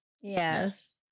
Yes